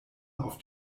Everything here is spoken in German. auf